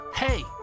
Hey